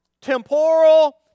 temporal